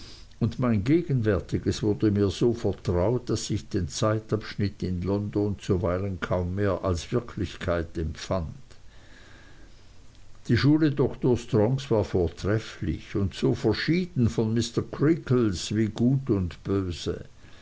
und mein gegenwärtiges wurde mir so vertraut daß ich den zeitabschnitt in london zuweilen kaum mehr als wirklichkeit empfand die schule dr strongs war vortrefflich und so verschieden von mr creakles wie gut und böse